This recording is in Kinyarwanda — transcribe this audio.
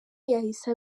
yahise